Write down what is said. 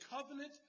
covenant